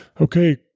okay